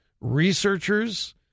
researchers